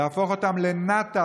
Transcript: ולהפוך אותם לנת"צים,